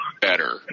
better